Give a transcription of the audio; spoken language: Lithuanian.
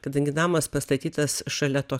kadangi namas pastatytas šalia to